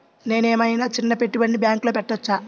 నేను ఏమయినా చిన్న పెట్టుబడిని బ్యాంక్లో పెట్టచ్చా?